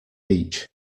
beach